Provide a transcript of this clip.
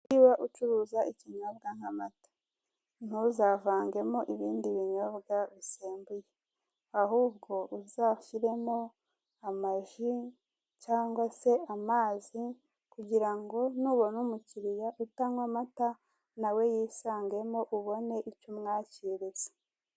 Niba ucuruza ikinyobwa nk'amata ntuzavangemo ibindi binyobwa bisembuye, ahubwo uzashyiremo ama ji cyangwa se amazi kugirango nubona umukiriya utanywa amata na we yisangemo, ubone icyo umwakiriza.